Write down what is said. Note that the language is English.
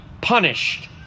punished